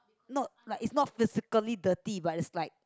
not like is not physically dirty but is like